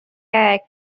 egg